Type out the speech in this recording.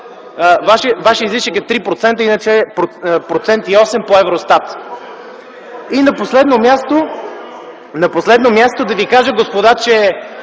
вашият излишък е 3%. Иначе - 1,8% по Евростат. И на последно място да ви кажа, господа, че